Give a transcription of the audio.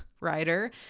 writer